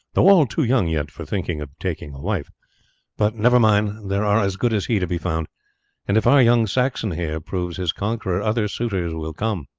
though all too young yet for thinking of taking a wife but never mind, there are as good as he to be found and if our young saxon here proves his conqueror other suitors will come,